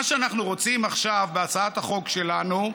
מה שאנחנו רוצים עכשיו, בהצעת החוק שלנו,